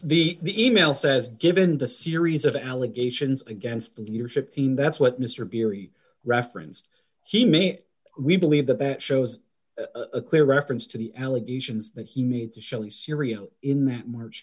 the e mail says given the series of allegations against the leadership team that's what mr pirie referenced he may we believe that that shows a clear reference to the allegations that he made to show in syria in march